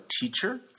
teacher